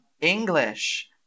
English